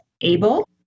able